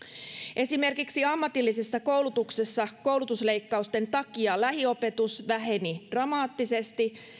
esimerkiksi ammatillisessa koulutuksessa koulutusleikkausten takia lähiopetus väheni dramaattisesti